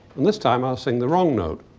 and this time i'll sing the wrong note.